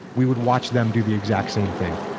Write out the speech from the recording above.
we would watch them do the exact, same thing.